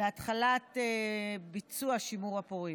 להתחלת ביצוע שימור הפוריות.